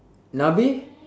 nabei